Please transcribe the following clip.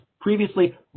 previously